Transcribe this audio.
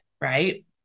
right